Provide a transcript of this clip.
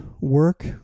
work